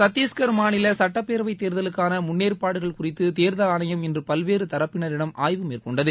சத்தீஷ்கர் மாநில சட்டப்பேரவை தேர்தலுக்கான முன்னேற்பாடுகள் குறித்து தேர்தல் ஆணையம் இன்று பல்வேறு தரப்பினரிடம் ஆய்வு மேற்கொண்டது